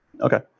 Okay